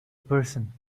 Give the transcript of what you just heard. person